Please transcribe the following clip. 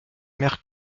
mère